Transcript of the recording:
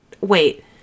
Wait